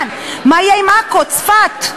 מה יהיה עם עכו, צפת,